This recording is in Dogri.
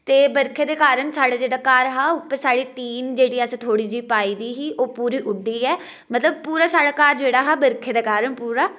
ते बर्खै दे कारण साढ़ा जेह्ड़ा घर हा उप्पर टीन जेह्ड़ी असें थोह्ड़ी जेही पाई दी ही ओह् पूरी उड्डी ऐ मतलब पूरा साढ़ा घर जेह्ड़ा हा बर्खै दे कारण पूरा